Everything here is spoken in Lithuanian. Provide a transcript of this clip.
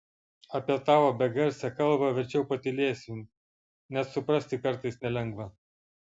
apie tavo begarsę kalbą verčiau patylėsiu net suprasti kartais nelengva